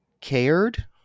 cared